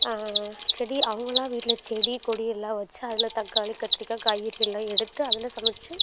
செடி அவங்களா வீட்டில் செடி கொடி எல்லாம் வச்சு அதில் தக்காளி கத்திரிக்காய் காய்கறிகள் எல்லாம் எடுத்து அதில் சமைச்சு